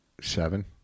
Seven